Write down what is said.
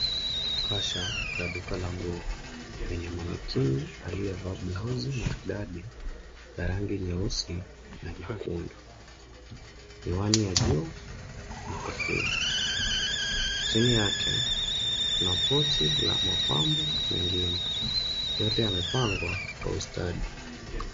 Kasha la duka la nguo lenye manekini aliyevaa blauzi maridadi la rangi nyeusi na nyekundu, miwani ya juu na kofia. Chini yake kuna pochi la mapambo mengine. Yote yamepangwa kwa ustadi.